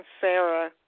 Sarah